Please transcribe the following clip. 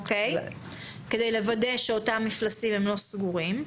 כדי לוודא שאותם מפלסים הם לא סגורים.